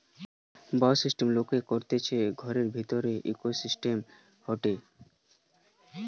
bioshelter লোক করতিছে ঘরের ভিতরের ইকোসিস্টেম চাষ হয়টে